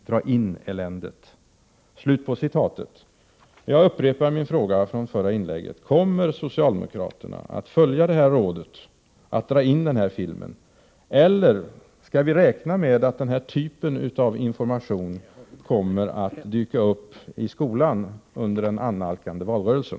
Dra in eländet!” Jag upprepar min fråga från det förra inlägget: Kommer socialdemokraternaatt följa rådet att dra in filmen, eller skall vi räkna med att den här typen av information kommer att dyka upp i skolan under den annalkande valrörelsen?